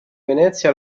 venezia